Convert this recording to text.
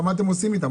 מה אתם עושים איתם?